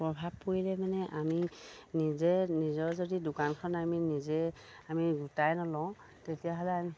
প্ৰভাৱ পৰিলে মানে আমি নিজে নিজৰ যদি দোকানখন আমি নিজে আমি গোটাই নলওঁ তেতিয়াহ'লে আমি